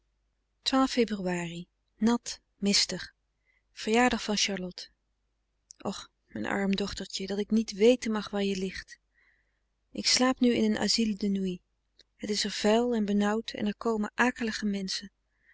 febr nat mistig verjaardag van charlotte och mijn arm dochtertje dat ik niet weten mag waar je ligt ik slaap nu in een asyl de nuit het is er vuil en benauwd en er komen akelige menschen